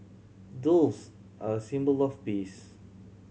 doves are symbol of peace